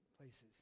places